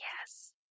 yes